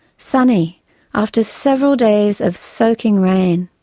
sunny after several days of soaking rain.